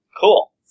Cool